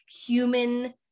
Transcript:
human